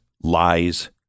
lies